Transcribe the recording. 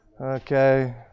Okay